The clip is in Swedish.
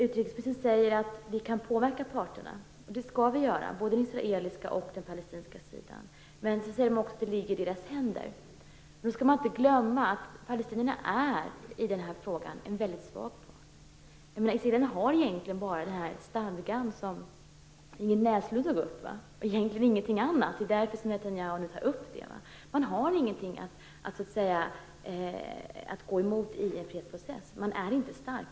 Utrikesministern säger att vi kan påverka parterna. Det skall vi göra - både den israeliska och den palestinska sidan. Hon säger också att det ligger i deras händer. Man skall inte glömma att palestinierna i denna fråga är en väldigt svag part. Israelerna har egentligen ingenting annat än den stadga som Ingrid Näslund tog upp. Det är därför Netanyahu nu tar upp detta. Man har inget att gå emot i en fredsprocess. Man är inte stark.